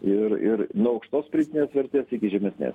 ir ir nuo aukštos pridėtinės vertės iki žemesnės